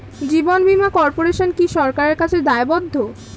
জীবন বীমা কর্পোরেশন কি সরকারের কাছে দায়বদ্ধ?